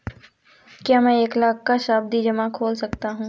क्या मैं एक लाख का सावधि जमा खोल सकता हूँ?